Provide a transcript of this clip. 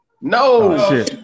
No